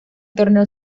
torneo